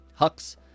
hux